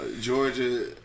Georgia